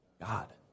God